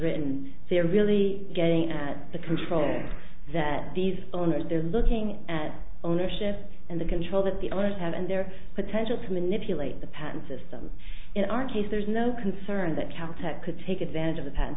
written to really getting at the controls that these owners they're looking at ownership and the control that the owners have and their potential to manipulate the patent system in our case there's no concern that cal tech could take advantage of the pen